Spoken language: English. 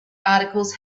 articles